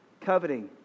Coveting